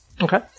Okay